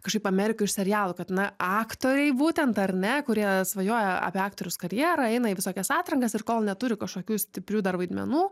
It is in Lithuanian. kažkaip amerika iš serialų kad na aktoriai būtent ar ne kurie svajoja apie aktoriaus karjerą eina į visokias atrankas ir kol neturi kažkokių stiprių dar vaidmenų